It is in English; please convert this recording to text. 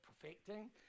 perfecting